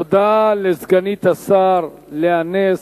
תודה לסגנית השר לאה נס.